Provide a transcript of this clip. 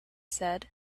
said